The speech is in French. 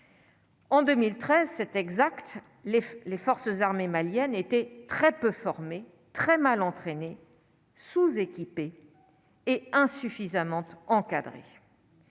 En 2013 c'est exact les les forces armées maliennes étaient très peu formés très mal entraînée sous- équipés et insuffisamment encadrées.